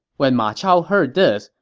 when ma chao heard this,